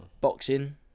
boxing